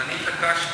ואני התעקשתי,